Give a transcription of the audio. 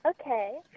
Okay